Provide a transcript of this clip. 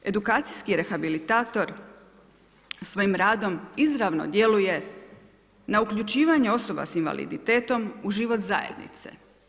Edukacijski rehabilitator svojim radom izravno djeluje na uključivanje osoba sa invaliditetom u život zajednice.